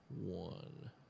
one